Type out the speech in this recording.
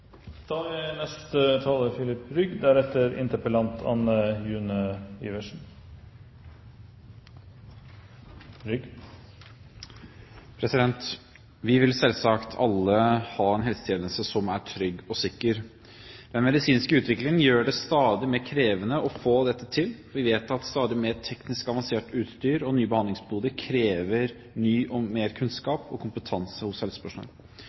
Vi vil selvsagt alle ha en helsetjeneste som er trygg og sikker. Den medisinske utviklingen gjør det stadig mer krevende å få dette til. Vi vet at stadig mer teknisk avansert utstyr og nye behandlingsmetoder krever mye kunnskap og kompetanse hos